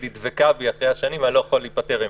היא דבקה בי אחרי השנים ואני לא יכול להיפטר ממנה.